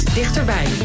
dichterbij